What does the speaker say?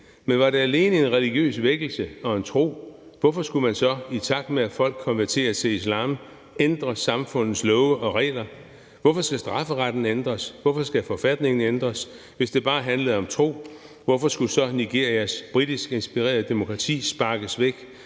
men var det alene en religiøs vækkelse og tro, hvorfor skulle man så, i takt med at folk konverterer til islam, ændre samfundets love og regler? Hvorfor skal strafferetten ændres? Hvorfor skal forfatningen ændres? Hvis det bare handlede om tro, hvorfor skulle Nigerias britisk inspirerede demokrati så sparkes væk